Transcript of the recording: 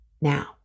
now